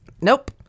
Nope